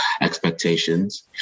expectations